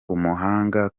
umuhanga